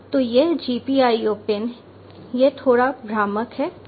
तो ये GPIO pin ये थोड़ा भ्रामक हैं